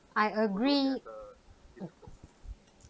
I agree